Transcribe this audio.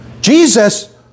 Jesus